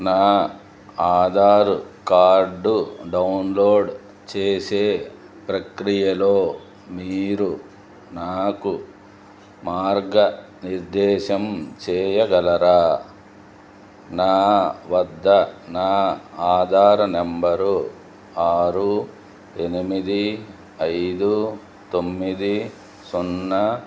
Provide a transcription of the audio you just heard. నా Aadhaar card download చేసే ప్రక్రియలో మీరు నాకు మార్గ నిర్దేశం చేయగలరా నా వద్ద నా ఆధార్ నెంబర్ ఆరు ఎనిమిది ఐదు తొమ్మిది సున్నా